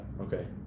okay